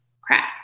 crap